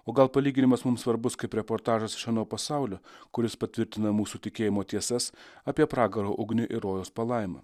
o gal palyginimas mum svarbus kaip reportažas iš ano pasaulio kuris patvirtina mūsų tikėjimo tiesas apie pragaro ugnį ir rojaus palaimą